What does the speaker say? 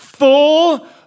full